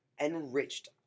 enriched